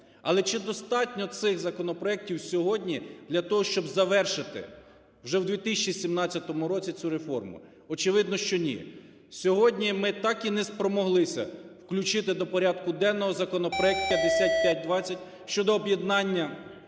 Але чи достатньо цих законопроектів сьогодні для того, щоби завершити вже в 2017 році цю реформу? Очевидно, що ні. Сьогодні ми так і не спромоглися включити до порядку денного законопроект 5520 – щодо об'єднання